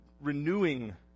renewing